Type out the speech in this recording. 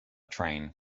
train